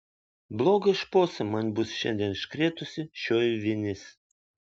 blogą šposą man bus šiandien iškrėtusi šioji vinis